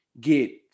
get